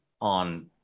on